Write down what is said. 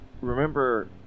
remember